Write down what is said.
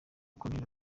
koloneri